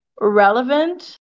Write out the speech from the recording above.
relevant